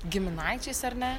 giminaičiais ar ne